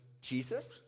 Jesus